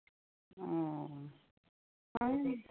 অ